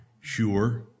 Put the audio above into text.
Sure